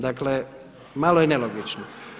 Dakle malo je nelogično.